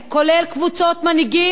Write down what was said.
כולל קבוצות מנהיגים,